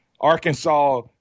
Arkansas